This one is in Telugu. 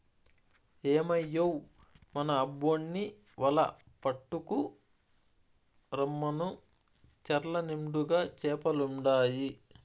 ఏమయ్యో మన అబ్బోన్ని వల పట్టుకు రమ్మను చెర్ల నిండుగా చేపలుండాయి